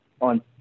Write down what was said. on